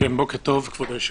בוקר טוב, אדוני היושב-ראש.